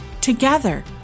Together